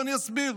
אני אסביר.